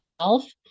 self